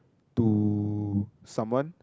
to someone